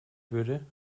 würde